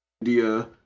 india